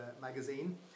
magazine